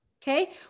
Okay